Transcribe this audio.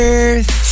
Earth